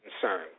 concern